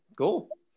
cool